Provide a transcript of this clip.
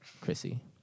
Chrissy